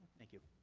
thank you.